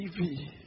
TV